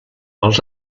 els